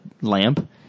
lamp